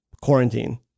Quarantine